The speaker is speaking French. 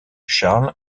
charles